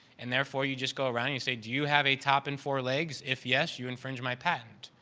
and therefore, you just go around you say, do you have a top and four legs? if yes, you infringe my patent,